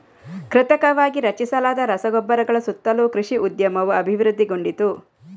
ಕೃತಕವಾಗಿ ರಚಿಸಲಾದ ರಸಗೊಬ್ಬರಗಳ ಸುತ್ತಲೂ ಕೃಷಿ ಉದ್ಯಮವು ಅಭಿವೃದ್ಧಿಗೊಂಡಿತು